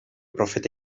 profeta